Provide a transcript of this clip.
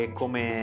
come